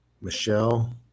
Michelle